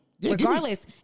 Regardless